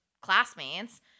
classmates